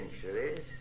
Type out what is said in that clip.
centuries